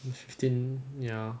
fifteen ya